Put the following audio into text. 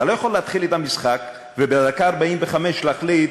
אתה לא יכול להתחיל את המשחק ובדקה ה-45 להחליט: